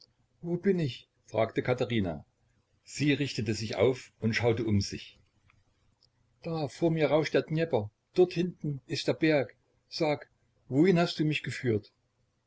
wo bin ich fragte katherina sie richtete sich auf und schaute um sich da vor mir rauscht der dnjepr dort hinten ist der berg sag wohin hast du mich geführt